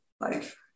life